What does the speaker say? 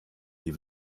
die